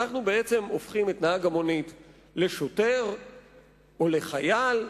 אנו הופכים אותו לשוטר או לחייל.